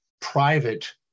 private